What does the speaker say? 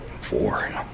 four